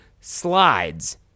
slides